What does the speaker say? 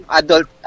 adult